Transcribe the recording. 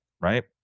right